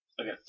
Okay